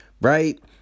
right